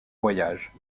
voyages